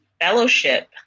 fellowship